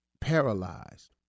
paralyzed